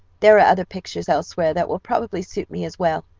there are other pictures elsewhere that will probably suit me as well,